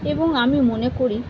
এবং আমি মনে করি